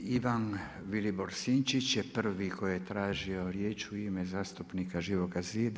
Ivan Vilibor Sinčić je prvi koji je tražio riječ u ime zastupnika Živoga zida.